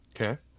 Okay